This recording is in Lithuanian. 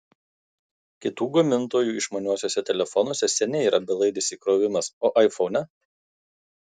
kitų gamintojų išmaniuosiuose telefonuose seniai yra belaidis įkrovimas o aifone